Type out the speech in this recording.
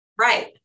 Right